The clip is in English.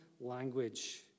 language